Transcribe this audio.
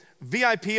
VIP